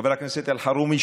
חבר הכנסת אלחרומי,